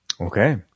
okay